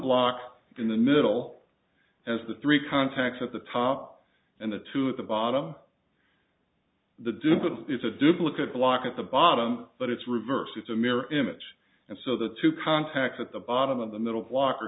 block in the middle has the three contacts at the top and the two at the bottom the duple is a duplicate block at the bottom but it's reversed it's a mirror image and so the two contacts at the bottom of the middle block